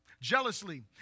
jealously